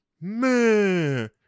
man